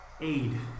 Aid